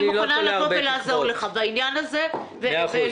אני מוכנה לבוא ולעזור לך בעניין הזה וללחוץ.